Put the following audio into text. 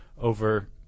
over